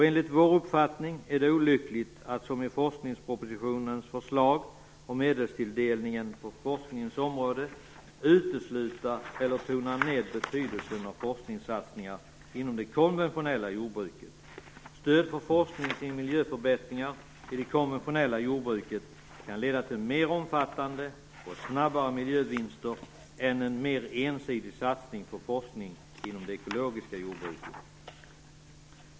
Enligt vår uppfattning är det olyckligt att, som i forskningspropositionens förslag om medelstilldelningen på forskningens område, utesluta eller tona ned betydelsen av forskningssatsningar inom det konventionella jordbruket. Stöd till forskning för miljöförbättringar i det konventionella jordbruket kan leda till mer omfattande och snabbare miljövinster än en mer ensidig satsning på forskning inom det ekologiska jordbruket.